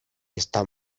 está